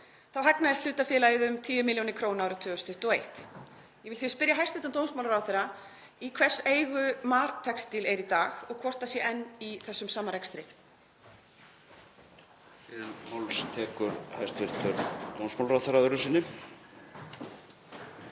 Þá hagnaðist hlutafélagið um 10 millj. kr. árið 2021. Ég vil því spyrja hæstv. dómsmálaráðherra í hvers eigu Mar textil er í dag og hvort það sé enn í þessum sama rekstri.